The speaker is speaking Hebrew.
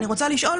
אני רוצה לשאול,